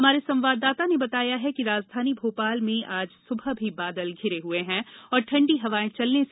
हमारे संवाददाता ने बताया है कि राजधानी भोपाल में आज सुबह भी बादल घिरे हुए हैं और ठंडी हवाए चलने से सर्दी बढ़ गई है